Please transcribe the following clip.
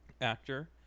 actor